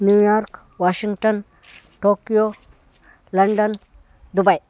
New York Washington Tokyo London Dubai